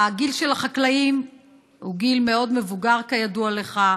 הגיל של החקלאים הוא גיל מאוד מבוגר, כידוע לך.